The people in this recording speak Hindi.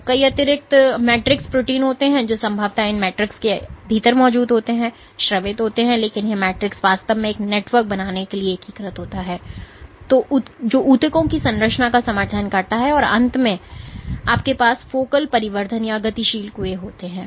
तो कई अतिरिक्त मैट्रिक्स प्रोटीन होते हैं जो संभवतः इस मैट्रिक्स के भीतर मौजूद होते हैं जो स्रावित होते हैं लेकिन यह मैट्रिक्स वास्तव में एक नेटवर्क बनाने के लिए एकीकृत होता है जो ऊतकों की संरचना का समर्थन करता है और अंत में आपके पास फोकल परिवर्धन या गतिशील कुएं होते हैं